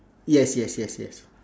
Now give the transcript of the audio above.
yes yes yes yes